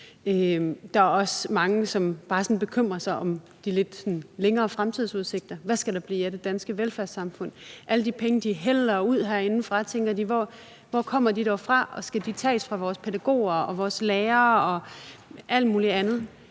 Der er også mange, som bare sådan bekymrer sig om de lidt længere fremtidsudsigter. Hvad skal der blive af det danske velfærdssamfund, alle de penge, de hælder ud herindefra, tænker de, hvor kommer de dog fra, og skal de tages fra vores pædagoger og vores lærere og alt muligt andet?